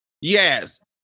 Yes